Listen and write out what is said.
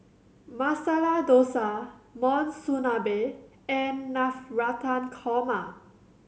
Masala Dosa Monsunabe and Navratan Korma